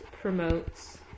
promotes